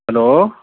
hello